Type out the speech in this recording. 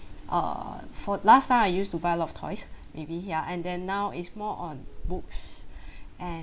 err for last time I used to buy a lot of toys maybe ya and then now is more on books and